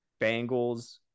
Bengals